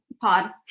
Pod